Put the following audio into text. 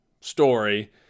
story